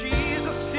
Jesus